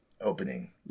opening